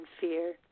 fear